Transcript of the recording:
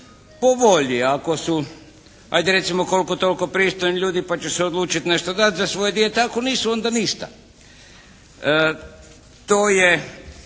po volji ako su, hajde recimo koliko toliko pristojni ljudi pa će se odlučiti nešto dati za svoje dijete, ako nisu onda ništa. To je